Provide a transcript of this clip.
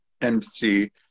MC